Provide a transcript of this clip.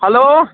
hello